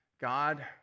God